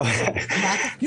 בבקשה.